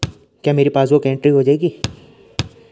क्या मेरी पासबुक में एंट्री हो जाएगी?